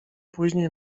później